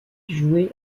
joué